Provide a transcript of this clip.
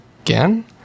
again